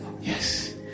Yes